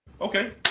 okay